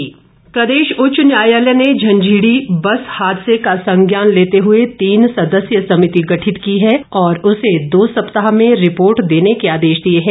high court प्रदेश उच्च न्यायालय ने झंझीड़ी बस हादसे का संज्ञान लेते हुए तीन सदस्यीय समिति गठित की है और उसे दो सप्ताह में रिपोर्ट देने के आदेश दिए हैं